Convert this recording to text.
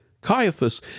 Caiaphas